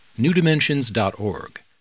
newdimensions.org